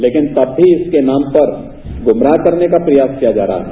लेकिन तब भी इसके नाम पर गुमराह करने का प्रयास किया जा रहा है